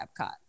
Epcot